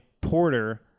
Porter